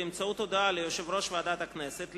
באמצעות הודעה ליושב-ראש ועדת הכנסת,